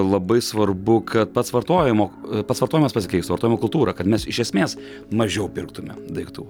labai svarbu kad pats vartojimo pats vartojimas pasikeistų vartojimo kultūra kad mes iš esmės mažiau pirktume daiktų